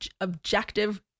objective